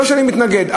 לא שאני מתנגד,